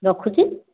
ରଖୁଛି